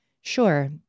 Sure